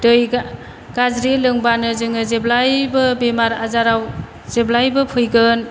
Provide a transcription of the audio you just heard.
दै गाज्रि लोंबानो जोङो जेब्लायबो बेमार आजाराव जेब्लायबो फैगोन